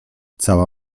cała